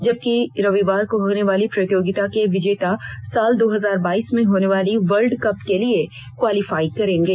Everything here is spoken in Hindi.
जबकि रविवार को होने वाली प्रतियोगिता के विजेता साल दो हजार बाइस में होने वाली वर्ल्ड कप के लिए क्वालीफाई करेंगे